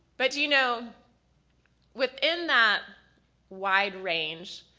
but you know within that wide range,